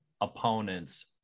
opponents